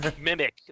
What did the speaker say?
mimic